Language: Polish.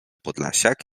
podlasiak